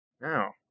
Now